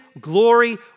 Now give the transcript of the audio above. glory